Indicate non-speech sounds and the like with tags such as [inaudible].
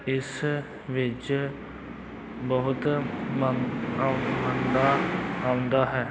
ਇਸ ਵਿੱਚ ਬਹੁਤ [unintelligible] ਆਉਂਦਾ ਹੈ